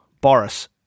Boris